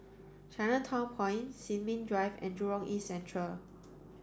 Chinatown Point Sin Ming Drive and Jurong East Central